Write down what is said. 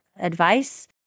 advice